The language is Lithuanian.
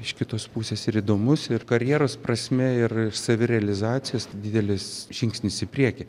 iš kitos pusės ir įdomus ir karjeros prasme ir savirealizacijos didelis žingsnis į priekį